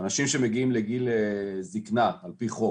אנשים שמגיעים לגיל זקנה, על פי חוק,